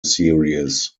series